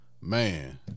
man